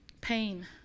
pain